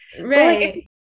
right